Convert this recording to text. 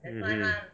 mmhmm